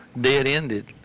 Dead-ended